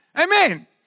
Amen